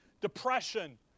depression